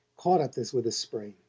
caught at this with a spring.